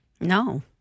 No